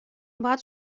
باید